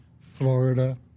Florida